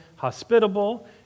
hospitable